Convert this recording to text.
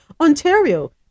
Ontario